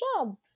job